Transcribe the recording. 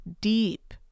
deep